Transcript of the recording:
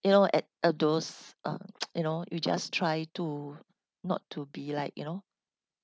you know at all those uh you know you just try to not to be like you know